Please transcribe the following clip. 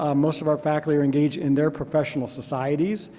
um most of our faculty are engaged in their professional societies.